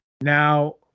Now